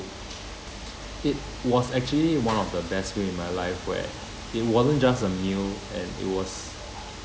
it was actually one of the best meal in my life where it wasn't just a meal and it was